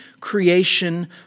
creation